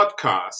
podcast